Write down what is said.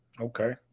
Okay